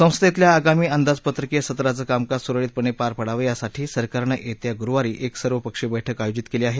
संसदेतील आगामी अंदापत्रकीय सत्राचं कामकाज सुरळीतपणे पार पडावं यासाठी सरकारने येत्या गुरुवारी एक सर्वपक्षीय बैठक आयोजित केली आहे